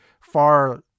far